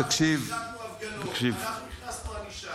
אנחנו החרגנו הפגנות, אנחנו הכנסנו ענישה.